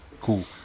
cool